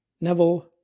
Neville